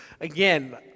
again